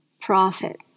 Profit